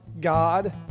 God